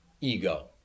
ego